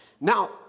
Now